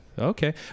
Okay